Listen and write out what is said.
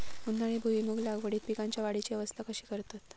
उन्हाळी भुईमूग लागवडीत पीकांच्या वाढीची अवस्था कशी करतत?